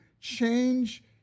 change